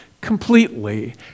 completely